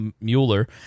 Mueller